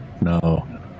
no